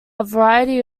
variety